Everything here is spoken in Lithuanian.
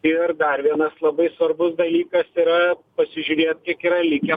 ir dar vienas labai svarbus dalykas yra pasižiūrėt kiek yra likę